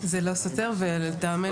זה לא סותר ולטעמנו,